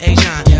Asian